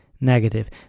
negative